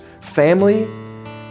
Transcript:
family